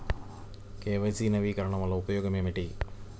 KYC నవీకరణ వలన ఉపయోగం ఏమిటీ?